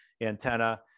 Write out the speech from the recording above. antenna